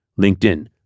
LinkedIn